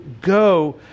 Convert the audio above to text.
go